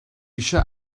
eisiau